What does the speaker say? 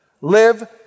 live